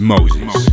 Moses